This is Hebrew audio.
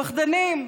פחדנים.